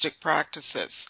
practices